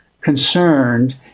concerned